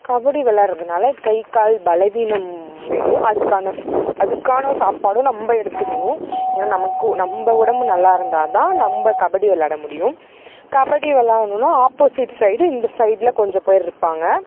கபடி விளாட்றதுனால கைக்கால் பலவீனம் வேணும் அதுக்கான ஃபுட் அதுக்கான சாப்பாடும் நம்ம எடுத்துக்கணும் ஏன்னா நமக்கு நம்ம உடம்பு நல்லாயிருந்தா தான் நம்ம கபடி விளாட முடியும் கபடி விளாட்ணுன்னா ஆப்போசிட் சைடு இந்த சைடில் கொஞ்சப்பேர் இருப்பாங்க